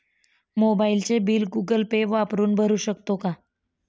मोबाइलचे bill Google Pay वापरून भरू शकतो का?